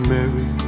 Mary